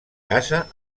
casa